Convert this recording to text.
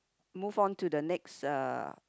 move on to the next uh